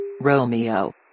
Romeo